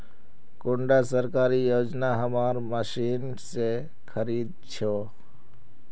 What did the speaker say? कुंडा सरकारी योजना हमार मशीन से खरीद छै?